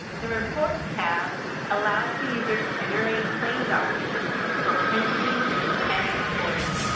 the reports tab allows the user to generate claim documents for printing and exporting.